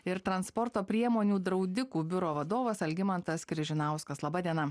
ir transporto priemonių draudikų biuro vadovas algimantas križinauskas laba diena